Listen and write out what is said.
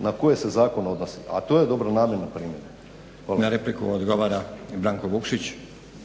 na koje se zakon odnose a to je dobronamjerna primjedba. **Stazić, Nenad (SDP)** Na repliku odgovara Branko Vukšić.